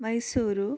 Mysuru